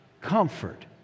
comfort